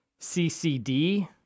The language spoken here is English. CCD